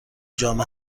جام